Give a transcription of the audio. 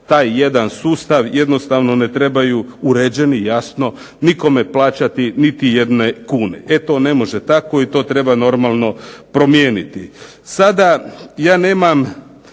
taj jedan sustav jednostavno ne trebaju, uređeni jasno, nikome plaćati niti jedne kune. E to ne može tako i to treba normalno promijeniti.